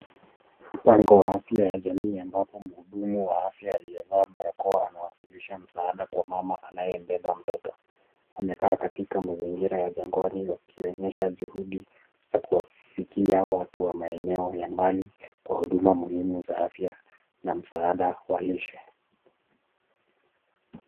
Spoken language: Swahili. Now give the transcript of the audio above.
mpango wa afya wa kijamii ambapo mhudumu amevaa barakoa anawasilisha msaada kwa mama anayempeba mtoto amekaa katika Mazingira ya jangwani akionyesha juhudi za kuwafikia watu wa maeneo ya mbali kuwa huduma Manima wa afya na Msaada wa lishe.